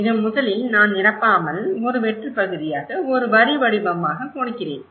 இதை முதலில் நான் நிரப்பாமல் ஒரு வெற்று பகுதியாக ஒரு வரிவடிவமாக கொடுக்கிறேன்